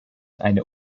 eine